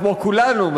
כמו כולנו,